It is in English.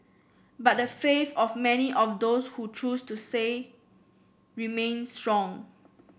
but the faith of many of those who choose to say remain strong